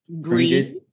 green